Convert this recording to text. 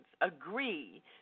agree